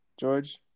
George